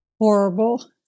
Horrible